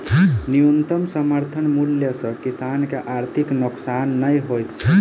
न्यूनतम समर्थन मूल्य सॅ किसान के आर्थिक नोकसान नै होइत छै